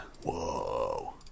Whoa